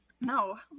no